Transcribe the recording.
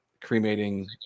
cremating